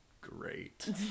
great